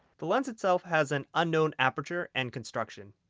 the lens itself has an unknown aperture and construction.